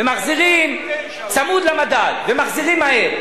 ומחזירים צמוד למדד, ומחזירים מהר.